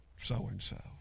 so-and-so